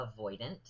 avoidant